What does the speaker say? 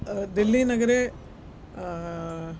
दिल्ली नगरे